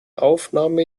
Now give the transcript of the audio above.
aufnahme